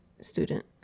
student